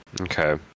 okay